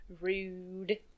Rude